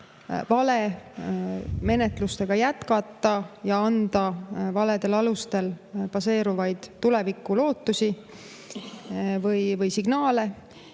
vale menetlustega jätkata ja anda valedel alustel baseeruvaid tulevikulootusi või signaale.